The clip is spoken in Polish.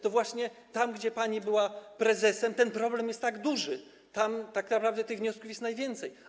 To właśnie tam gdzie pani była prezesem, ten problem jest tak duży, tam tak naprawdę tych wniosków jest najwięcej.